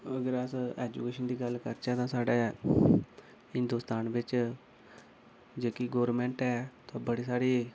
अगर अस एजुकेशन दी गल्ल करचै ते साढ़े हिंदोस्तान बिच जेह्की गौरमेंट ऐ ते बड़ी सारी